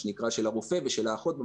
של הרופא והאחות,